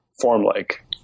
form-like